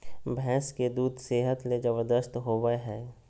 भैंस के दूध सेहत ले जबरदस्त होबय हइ